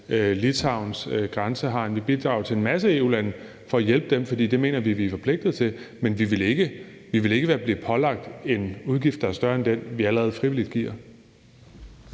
Litauens grænsehegn, og vi bidrager til en masse andre EU-lande, for det mener vi at vi er forpligtet til. Men vi ville ikke blive pålagt en udgift, der er større end den, vi allerede frivilligt giver.